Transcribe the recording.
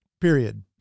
period